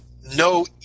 no